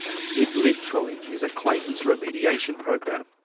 it literally is a claytons remediation program.